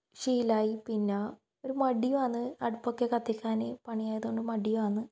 ശീലമായി പിന്നെ ഒരു മടിയാണ് അടുപ്പൊക്കെ കത്തിക്കാൻ പണി ആയത് കൊണ്ട് മടിയാണ്